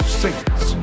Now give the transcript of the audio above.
saints